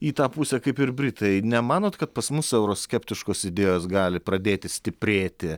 į tą pusę kaip ir britai nemanot kad pas mus euroskeptiškos idėjos gali pradėti stiprėti